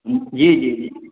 जी जी जी